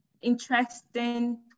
interesting